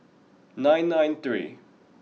nine nine three